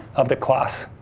of the class.